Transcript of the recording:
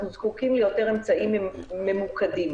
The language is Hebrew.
זקוקים ליותר אמצעים ממוקדים.